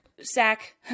sack